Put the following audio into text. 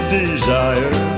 desire